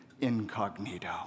incognito